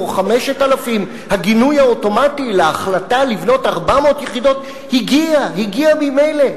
או 5,000. הגינוי האוטומטי להחלטה לבנות 400 יחידות הגיע ממילא.